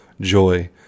joy